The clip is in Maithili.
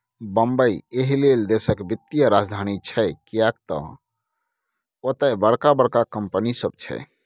बंबई एहिलेल देशक वित्तीय राजधानी छै किएक तए ओतय बड़का बड़का कंपनी सब छै